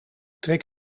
trek